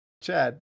Chad